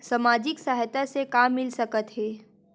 सामाजिक सहायता से का मिल सकत हे?